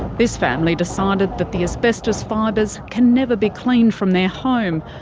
this family decided that the asbestos fibres can never be cleaned from their home,